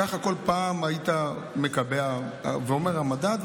ככה כל פעם היית מקבע ואומר מה המדד,